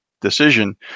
decision